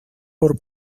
por